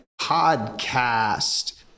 podcast